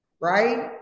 right